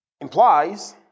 implies